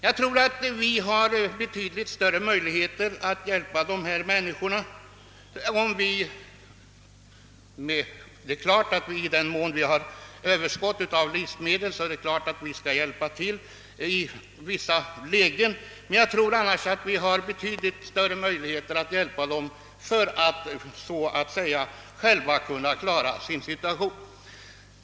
Jag tror att vi har betydligt större möjligheter att hjälpa de fattiga folken om vi — det är klart att vi i den mån vi har överskott på livsmedel skall hjälpa till i vissa lägen — ger dem möjligheter att själva klara upp sin situation.